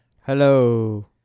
Hello